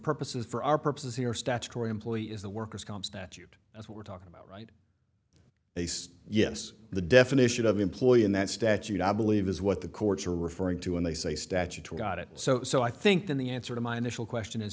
purposes for our purposes here statutory employee is the worker's comp statute that's what we're talking about right yes the definition of employee in that statute i believe is what the courts are referring to when they say statutory got it so so i think that the answer to my initial question is